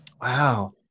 Wow